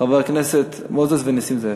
חברי הכנסת מוזס ונסים זאב.